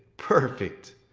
perfect.